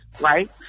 right